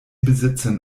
besitzen